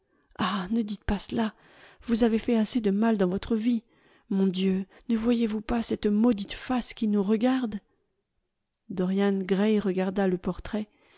ah ne dites pas cela vous avez fait assez de mal dans votre vie mon dieu ne voyez-vous pas cette maudite face qui nous regarde dorian gray regarda le portrait